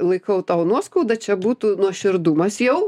laikau tau nuoskaudą čia būtų nuoširdumas jau